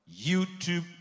YouTube